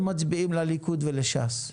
הם מצביעים לליכוד ולש"ס,